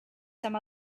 some